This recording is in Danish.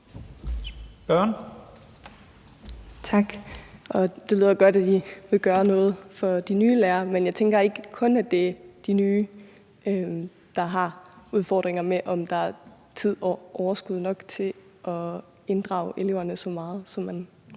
(EL): Tak. Det lyder godt, at I vil gøre noget for de nye lærere, men jeg tænker ikke kun, at det er de nye lærere, der har udfordringer med, om der er tid og overskud nok til at inddrage eleverne så meget, som man